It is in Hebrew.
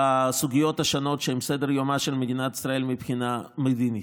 בסוגיות השונות שהן על סדר-יומה של מדינת ישראל מבחינה מדינית?